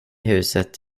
huset